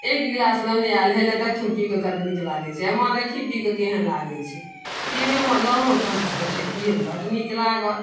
एक गिलास लेने आएल हे ले देखथुन पीबिकऽ कतेक नीक लागै छै माँ देखही पीबिकऽ केहन लागै छै पिबैमे लेलहुँ तहन तऽ देखै पिएमे बड़ नीक लागल